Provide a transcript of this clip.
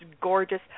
gorgeous